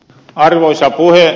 arvoisa puhemies